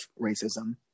racism